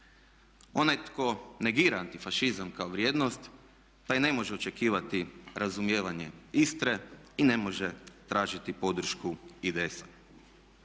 Onaj tko negira antifašizam kao vrijednost taj ne može očekivati razumijevanje Istre i ne može tražiti podršku IDS-a.